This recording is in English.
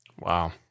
Wow